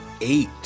eight